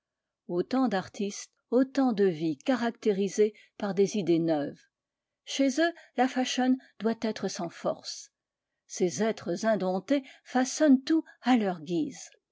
autant d'artistes autant de vies caractérisées par des idées neuves chez eux la fashion doit être sans force ces êtres indomptés façonnent tout à leur guise